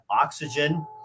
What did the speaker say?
oxygen